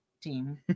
team